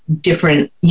different